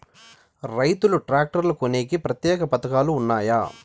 రైతులు ట్రాక్టర్లు కొనేకి ప్రత్యేక పథకాలు ఉన్నాయా?